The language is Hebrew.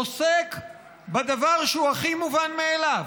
עוסק בדבר שהוא הכי מובן מאליו,